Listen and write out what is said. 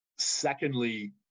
Secondly